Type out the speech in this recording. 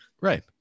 right